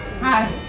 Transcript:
Hi